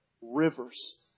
rivers